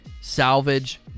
salvage